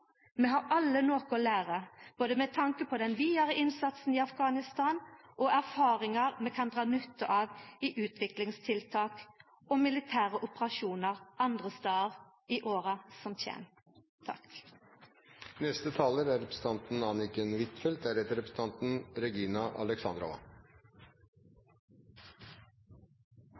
Vi har alle noko å læra, både med tanke på den vidare innsatsen i Afghanistan og erfaringar vi kan dra nytte av i utviklingstiltak og militære operasjonar andre stader i åra som kjem.